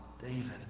David